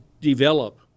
develop